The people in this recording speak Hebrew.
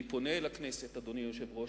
אני פונה אל הכנסת, אדוני היושב-ראש,